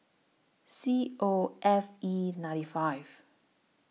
C O F E ninety five